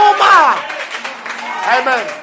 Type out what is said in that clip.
Amen